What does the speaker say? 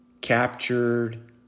captured